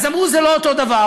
אז אמרו: זה לא אותו דבר,